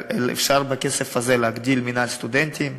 אפשר בכסף הזה להגדיל את מינהל הסטודנטים,